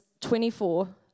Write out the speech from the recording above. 24